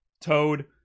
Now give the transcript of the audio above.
Toad